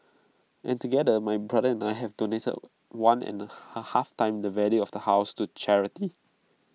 and together my brother and I have donated one and A half times the value of the house to charity